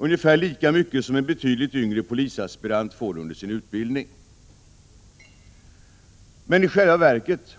Ungefär lika mycket som en betydligt yngre polisaspirant får under sin utbildning.” Men i själva verket